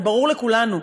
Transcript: זה ברור לכולנו.